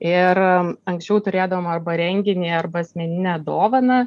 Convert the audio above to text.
ir anksčiau turėdavom arba renginį arba asmeninę dovaną